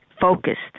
focused